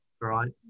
right